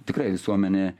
tikrai visuomenė